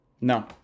No